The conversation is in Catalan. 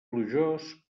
plujós